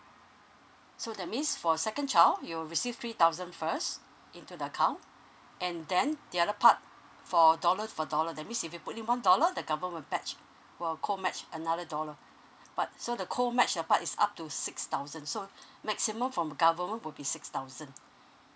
so that means for second child you'll receive three thousand first into the account and then the other part for dollar for dollar that means if you put in one dollar the government will match will co match another dollar but so the co match that part is up to six thousand so maximum from government will be six thousand